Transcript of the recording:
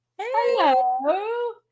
Hello